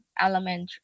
elementary